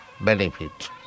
benefit